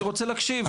אני רוצה להקשיב.